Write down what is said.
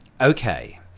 Okay